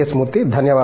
మూర్తి ధన్యవాదాలు